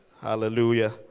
Hallelujah